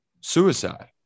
suicide